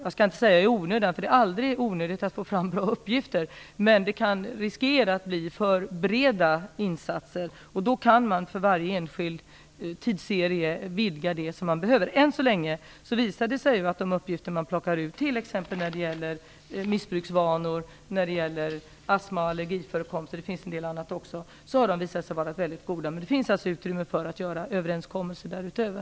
Jag skall inte säga att det skulle göras i onödan, eftersom det aldrig är onödigt att få fram bra uppgifter, men insatserna kan bli för breda, och då kan behoven för varje enskild tidsserie komma att vidgas. Än så länge har det visat sig att de uppgifter som man tagit fram, t.ex. när det missbruksvanor, astma och allergiförekomst - de gäller också en del annat - har varit mycket värdefulla, och det finns utrymme för att göra överenskommelser därutöver.